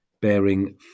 bearing